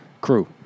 crew